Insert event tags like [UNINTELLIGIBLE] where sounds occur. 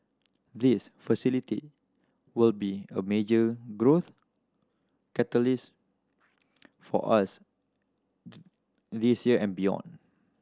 this facility will be a major growth catalyst for us [UNINTELLIGIBLE] this year and beyond